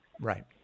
right